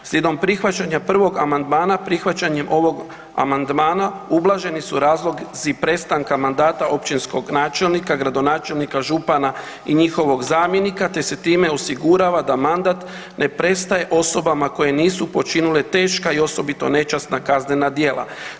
Slijedom prihvaćanja prvog amandmana, prihvaćanjem ovog amandmana ublaženi su razlozi prestanka mandata općinskog načelnika, gradonačelnika, župana i njihovog zamjenika te se time osigurava da mandat ne prestaje osobama koje nisu počinila teška i osobito nečasna kaznena djela.